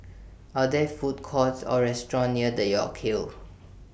Are There Food Courts Or restaurants near York Hill